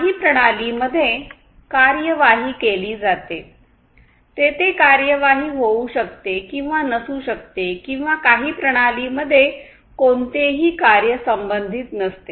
काही प्रणाली मध्ये कार्यवाही केली जाते तेथे कार्यवाही होऊ शकते किंवा नसू शकते किंवा काही प्रणाली मध्ये कोणतेही कार्य संबंधित नसते